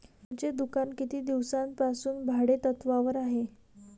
तुमचे दुकान किती दिवसांपासून भाडेतत्त्वावर आहे?